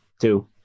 two